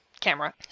camera